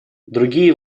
другие